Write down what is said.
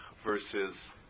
versus